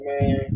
man